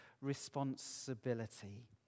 responsibility